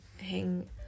hang-